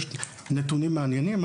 יש נתונים מעניינים.